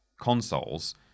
consoles